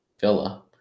Villa